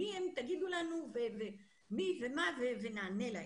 תגידו לנו מי ומה ונענה להם.